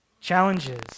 challenges